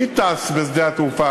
מי טס משדה-התעופה?